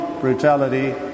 brutality